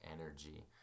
energy